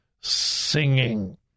singing